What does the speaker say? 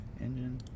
engine